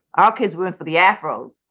ah kids went for the afros.